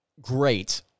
great